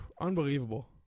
Unbelievable